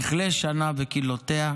"תִּכְלֶה שָׁנָה וְקִלְלוֹתֶיהָ,